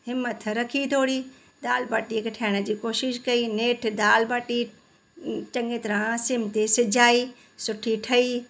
हिमत रखी थोरी दाल बाटीअ खे ठाहिण जी कोशिशि कई नेठु दाल बाटी चङे तराहं सिम ते सिझाई सुठी ठही